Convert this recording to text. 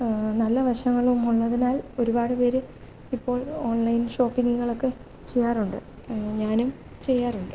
നല്ല വശങ്ങളും ഉള്ളതിനാല് ഒരുപാട് പേര് ഇപ്പോള് ഓണ്ലൈന് ഷോപ്പിങ്ങ്കളൊക്കെ ചെയ്യാറുണ്ട് ഞാനും ചെയ്യാറുണ്ട്